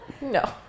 no